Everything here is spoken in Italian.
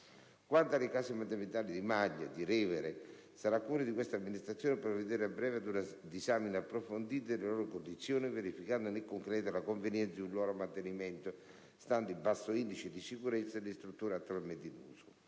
(non funzionante perché incompleta), sarà cura di questa Amministrazione provvedere, a breve, ad una disamina approfondita delle loro condizioni, verificando nel concreto la convenienza di un loro mantenimento, stante il basso indice di sicurezza delle strutture attualmente in uso.